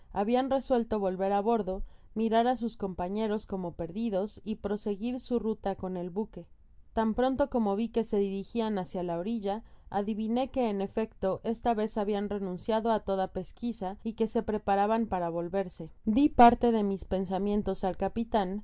habian resuelto volver á bordo mirar á sus compañeroscomo perdidos y proseguir su ruta con el buque tan pronto como vi que se dirigían hácia ja orilla adiviné que en efecto esta vez habian renunciado á toda pesquisa y que se preparaban para volverse di parte de mis pensamientos al capitan